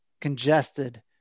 congested